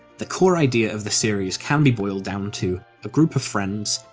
the core idea of the series can be boiled down to a group of friends,